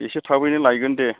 इसे थाबैनो लायगोन दे